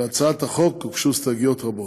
להצעת החוק הוגשו הסתייגויות רבות.